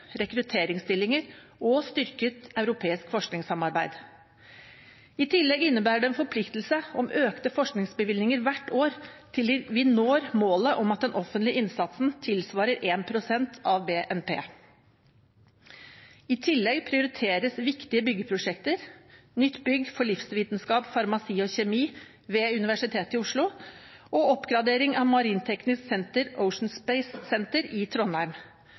rekrutteringsstillinger og styrket europeisk forskningssamarbeid. I tillegg innebærer det en forpliktelse om økte forskningsbevilgninger hvert år til vi når målet om at den offentlige innsatsen tilsvarer 1 pst. av BNP. I tillegg prioriteres viktige byggeprosjekter, nytt bygg for livsvitenskap, farmasi og kjemi ved Universitetet i Oslo og oppgradering av marinteknisk senter, Ocean Space Centre i Trondheim.